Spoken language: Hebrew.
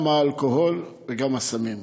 גם האלכוהול וגם הסמים.